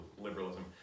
liberalism